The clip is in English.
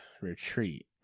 retreat